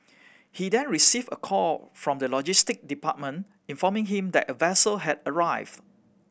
he then received a call from the logistic department informing him that a vessel had arrived